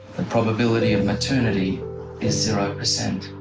and probability of maternity is zero percent.